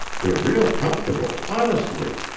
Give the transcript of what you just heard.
they're real comfortable, honestly.